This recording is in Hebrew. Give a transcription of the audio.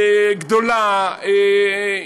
גדולה,